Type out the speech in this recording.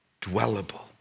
dwellable